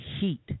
heat